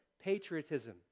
patriotism